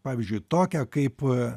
pavyzdžiui tokią kaip